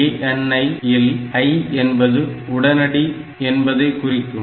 ANI இல் I என்பது உடனடியாக என்பதை குறிக்கும்